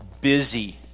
busy